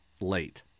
late